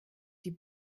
die